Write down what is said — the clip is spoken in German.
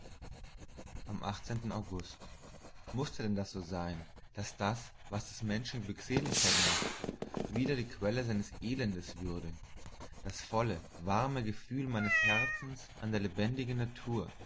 am august mußte denn das so sein daß das was des menschen glückseligkeit macht wieder die quelle seines elendes würde das volle warme gefühl meines herzens an der lebendigen natur